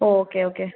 okay okay